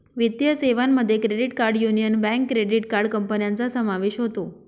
वित्तीय सेवांमध्ये credit card union bank credit card कंपन्यांचा समावेश होतो